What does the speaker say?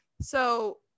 So-